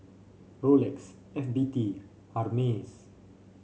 Rolex F B T Hermes